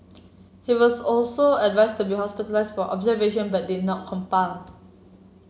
he was also advised to be hospitalised for observation but did not comply